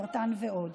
סרטן ועוד.